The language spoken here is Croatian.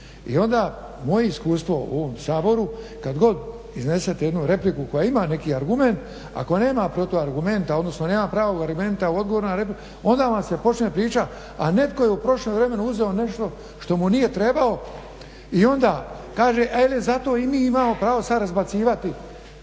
I onda moje iskustvo u ovom Saboru kada god iznesete jednu repliku koja ima neki argument ako nema protuargumenta odnosno nema pravog argumenta u odgovoru na repliku onda vam se počne pričati a netko je u prošlom vremenu uzeo nešto što mu nije trebalo i onda kaže zato jel i mi imamo pravo sada razbacivati